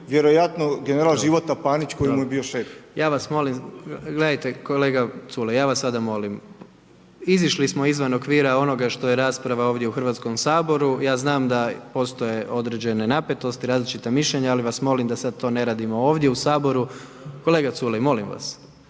vjerojatno general Života Panić koji mu je bio šef. **Jandroković, Gordan (HDZ)** Dobro. Ja vas molim, gledajte kolega Culej, ja vas sada molim, izišli smo izvan okvira onoga što je rasprava ovdje u Hrvatskom saboru. Ja znam da postoje određene napetosti, različita mišljenja ali vas molim da sad to ne radimo ovdje u Saboru. …/Upadica